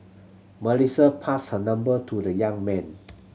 Melissa passed her number to the young man